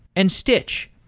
and stitch.